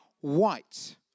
white